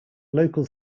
local